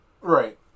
Right